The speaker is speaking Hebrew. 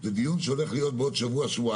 זה דיון שהולך להיות בעוד שבוע-שבועיים,